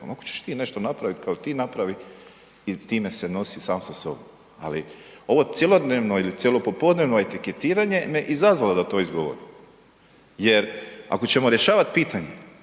Ako ćeš ti nešto napraviti kao ti, napravi i time se nosi sam sa sobom. Ali, ovo cjelodnevno ili cjelopopodnevno etiketiranje me izazvalo da to izgovorim jer ako ćemo rješavati pitanje,